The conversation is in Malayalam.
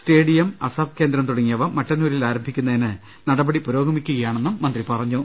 സ്റ്റേഡിയം അസാപ് കേന്ദ്രം തുടങ്ങിയവ മട്ടന്നൂരിൽ ആരംഭിക്കുന്നതിന് നടപടികൾ പുരോഗമിക്കുക യാണെന്നും മന്ത്രി അറിയിച്ചു